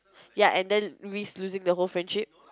ya and then risk losing the whole friendship